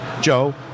Joe